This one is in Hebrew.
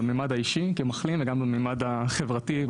גם בממד האישי כמחלים וגם בממד החברתי,